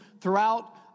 throughout